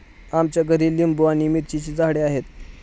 आमच्या घरी लिंबू आणि मिरचीची झाडे आहेत